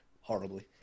Horribly